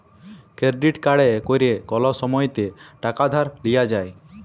credit card ক্যরে কল সময়তে টাকা ধার লিয়া যায়